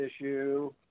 issue